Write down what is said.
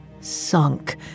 sunk